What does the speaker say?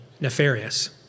nefarious